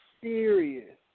Serious